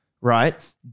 right